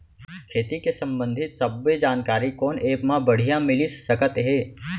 खेती के संबंधित सब्बे जानकारी कोन एप मा बढ़िया मिलिस सकत हे?